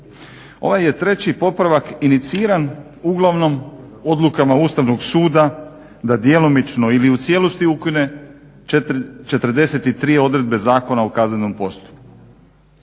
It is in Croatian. Ovaj je treći popravak iniciran uglavnom odlukama Ustavnog suda da djelomično ili u cijelosti ukine 43 odredbe Zakona o kaznenom postupku